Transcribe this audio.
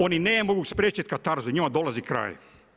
Oni ne mogu spriječiti katarzu, njima dolazi kraj.